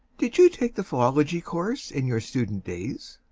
did you take the philology course in your student days?